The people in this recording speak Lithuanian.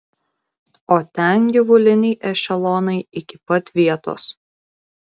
o ten gyvuliniai ešelonai iki pat vietos